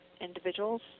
individuals